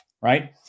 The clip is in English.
Right